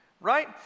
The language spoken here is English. right